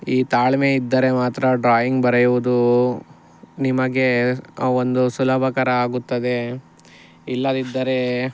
ಈ ತಾಳ್ಮೆಯಿದ್ದರೆ ಮಾತ್ರ ಡ್ರಾಯಿಂಗ್ ಬರೆಯುವುದು ನಿಮಗೆ ಒಂದು ಸುಲಭಕರ ಆಗುತ್ತದೆ ಇಲ್ಲದಿದ್ದರೆ